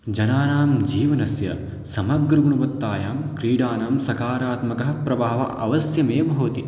जनानां जीवनस्य समग्रगुणवत्तायां क्रीडानां सकारात्मकः प्रभावः अवश्यमेव भवति